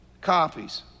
copies